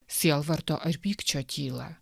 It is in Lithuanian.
sielvarto ar pykčio tylą